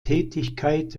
tätigkeit